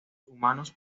humanos